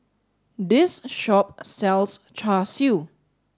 this shop sells Char Siu